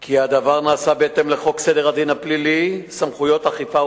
כי הדבר נעשה בהתאם לחוק סדר הדין הפלילי (סמכויות אכיפה,